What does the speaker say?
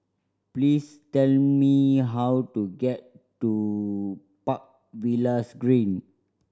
please tell me how to get to Park Villas Green